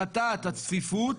הפחתת הצפיפות,